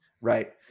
right